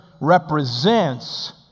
represents